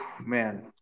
Man